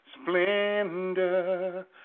splendor